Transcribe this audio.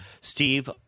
Steve